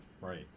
Right